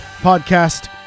podcast